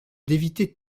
d’éviter